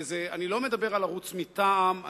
ואני לא מדבר על ערוץ מטעם,